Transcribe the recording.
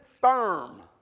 firm